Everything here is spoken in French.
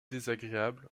désagréable